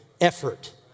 effort